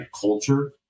culture